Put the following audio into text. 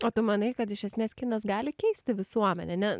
o tu manai kad iš esmės kinas gali keisti visuomenę ne